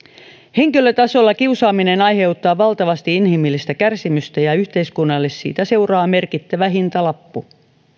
henkilötasolla kiusaaminen aiheuttaa valtavasti inhimillistä kärsimystä ja yhteiskunnalle siitä seuraa merkittävä hintalappu